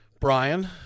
Brian